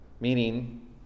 Meaning